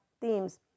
themes